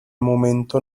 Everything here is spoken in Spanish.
momento